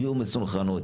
יהיו מסונכרנות.